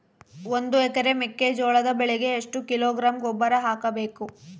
ಒಂದು ಎಕರೆ ಮೆಕ್ಕೆಜೋಳದ ಬೆಳೆಗೆ ಎಷ್ಟು ಕಿಲೋಗ್ರಾಂ ಗೊಬ್ಬರ ಹಾಕಬೇಕು?